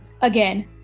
again